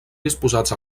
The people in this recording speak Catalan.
disposats